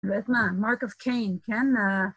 רדמן, מרקב קיין, כן?